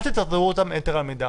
אל תטרטרו אותם יתר על המידה.